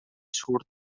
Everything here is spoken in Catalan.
surt